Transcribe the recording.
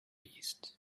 east